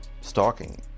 stalking